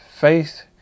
faith